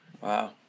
wow